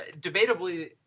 debatably